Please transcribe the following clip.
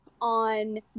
on